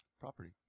Property